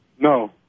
No